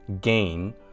gain